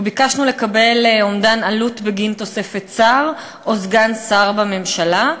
וביקשנו לקבל אומדן עלות בגין תוספת שר או סגן שר בממשלה.